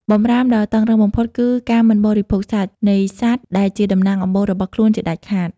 បម្រាមដ៏តឹងរ៉ឹងបំផុតគឺ "ការមិនបរិភោគសាច់" នៃសត្វដែលជាតំណាងអំបូររបស់ខ្លួនជាដាច់ខាត។